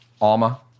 Alma